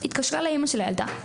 התקשרה לאמא של הילדה.